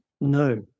No